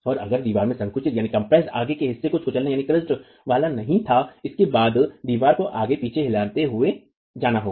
और अगर दीवार को संकुचित आगे के हिस्से पर कुचलने वाली नहीं थी इसके बाद दीवार को आगे पीछे हिलाते हुए जाना होगा